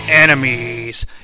enemies